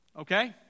Okay